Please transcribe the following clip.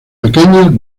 pequeñas